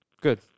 good